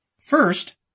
First